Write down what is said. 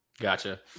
gotcha